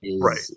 Right